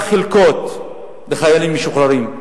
חלקות לחיילים משוחררים,